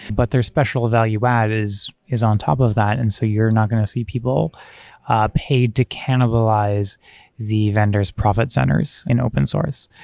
but their special value add is is on top of that, and so you're not going to see people paid to cannibalize the vendor's profit centers in open source.